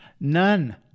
none